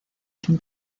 sin